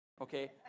okay